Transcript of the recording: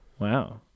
Wow